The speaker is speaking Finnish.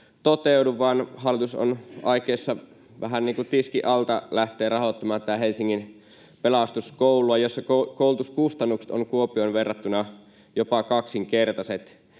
niin kuin tiskin alta lähteä rahoittamaan tätä Helsingin Pelastuskoulua, jossa koulutuskustannukset ovat Kuopioon verrattuna jopa kaksinkertaiset.